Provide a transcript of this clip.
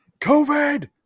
covid